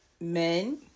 men